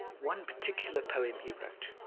one particular poem he wrote